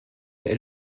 est